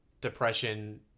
depression